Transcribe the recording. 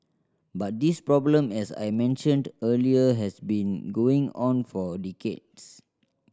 but this problem as I mentioned earlier has been going on for decades